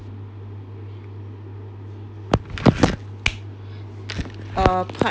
uh part